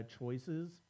choices